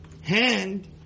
hand